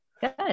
Good